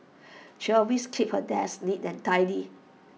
she always keeps her desk neat and tidy